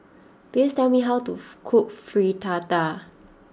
please tell me how to cook Fritada